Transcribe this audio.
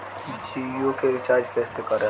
जियो के रीचार्ज कैसे करेम?